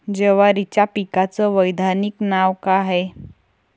जवारीच्या पिकाचं वैधानिक नाव का हाये?